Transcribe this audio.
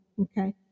okay